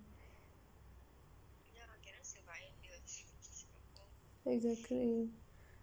exactly